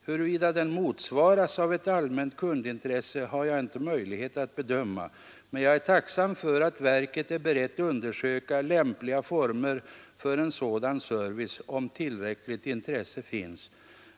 Huruvida den motsvaras av ett allmänt kundintresse har jag inte möjlighet att bedöma, men jag är tacksam för att verket är berett att undersöka lämpliga former för en sådan service, om tillräckligt intresse finns.